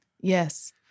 Yes